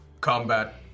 Combat